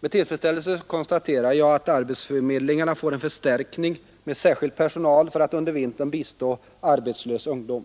Med tillfredsställelse konstaterar jag att arbetsförmedlingarna får en förstärkning med särskild personal för att under vintern kunna bistå arbetslös ungdom.